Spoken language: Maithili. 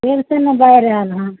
सोनपुरमे बाढ़ि आएल हँ